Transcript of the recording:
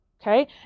Okay